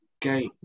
gate